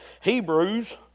Hebrews